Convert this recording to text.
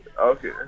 Okay